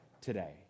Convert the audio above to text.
today